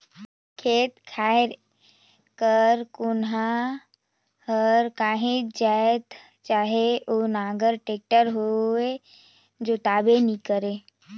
खेत खाएर कर कोनहा हर काहीच जाएत चहे ओ नांगर, टेक्टर होए जोताबे नी करे